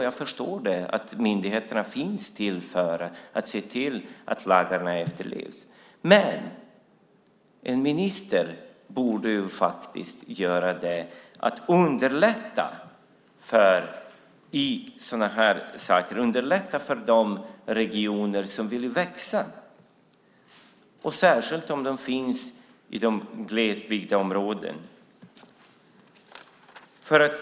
Jag förstår att myndigheterna finns till för att se till att lagarna efterlevs, men en minister borde se till att underlätta för de regioner som vill växa. Särskilt om det är glesbygdsområden.